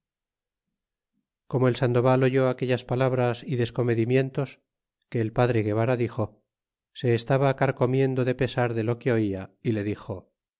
como el sandoval oyó aquellas palabras y descomedimientos que el padre guevara dixo se estaba carcomiendo de pesar de lo que ola y le dixo